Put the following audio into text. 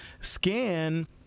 scan